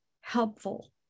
helpful